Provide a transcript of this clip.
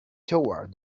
toward